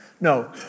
No